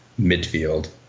midfield